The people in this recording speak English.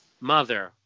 Mother